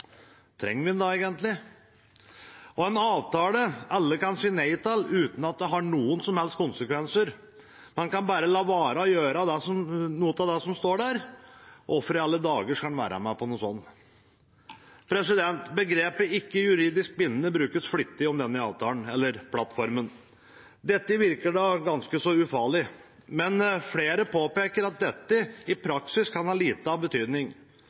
trenger vi den egentlig da? En avtale alle kan si nei til, uten at det har noen konsekvenser som helst, man kan bare la være å gjøre noe av det som står der, hvorfor i alle dager skal en være med på noe sånt? Begrepet «ikke juridisk bindende» brukes flittig om denne avtalen, eller plattformen. Det virker ganske så ufarlig. Men flere påpeker at dette i praksis kan ha en liten betydning.